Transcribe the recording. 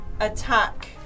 attack